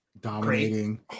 dominating